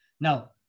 Now